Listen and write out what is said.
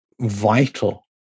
vital